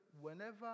whenever